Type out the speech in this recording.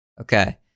Okay